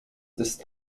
ist